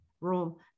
role